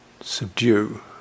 subdue